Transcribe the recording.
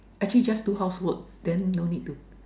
actually just do housework then don't need to